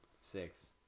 Six